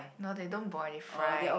no they don't boil they fry